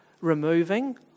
removing